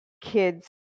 kids